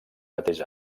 mateix